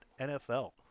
NFL